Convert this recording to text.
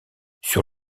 sur